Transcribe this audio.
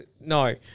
No